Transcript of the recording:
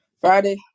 Friday